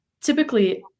typically